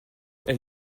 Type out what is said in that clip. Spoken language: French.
elle